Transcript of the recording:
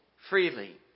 Freely